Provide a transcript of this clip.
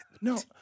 No